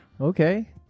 okay